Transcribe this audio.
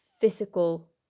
physical